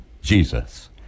Jesus